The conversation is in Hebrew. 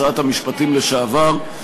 שרת המשפטים לשעבר,